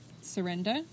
surrender